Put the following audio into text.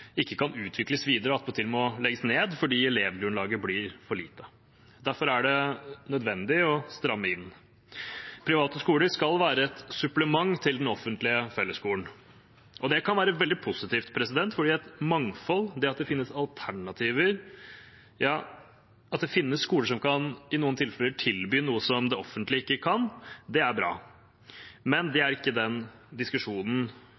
ikke kan utvikles videre og attpåtil må legges ned, fordi elevgrunnlaget blir for lite. Derfor er det nødvendig å stramme inn. Private skoler skal være et supplement til den offentlige fellesskolen. Det kan være veldig positivt, for mangfold, det at det finnes alternativer, det at det finnes skoler som i noen tilfeller kan tilby noe som det offentlige ikke kan, er bra, men det er ikke den diskusjonen